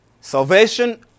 Salvation